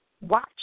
watch